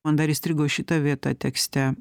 man dar įstrigo šita vieta tekste